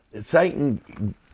Satan